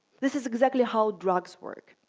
this is exactly how drugs work.